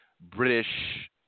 British